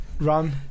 run